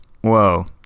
Whoa